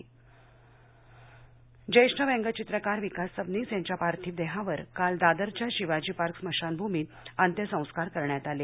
सबनीस अंत्यसंस्कार ज्येष्ठ व्यंगधित्रकार विकास सबनीस यांच्या पार्थिव देहावर काल दादरच्या शिवाजी पार्क स्मशानभूमीत अंत्यसंस्कार करण्यात आले